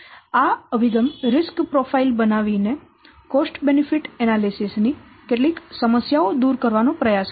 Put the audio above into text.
આ અભિગમ risk profile બનાવીને કોસ્ટ બેનિફીટ એનાલિસીસ ની કેટલીક સમસ્યાઓ દૂર કરવાનો પ્રયાસ કરે છે